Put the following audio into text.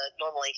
normally